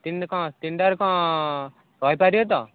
କେମିତି କ'ଣ ତିନିଟାରେ କ'ଣ କରି ପାରିବେ ତ